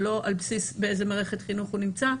ולא על בסיס באיזה מערכת חינוך הוא נמצא,